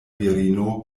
virino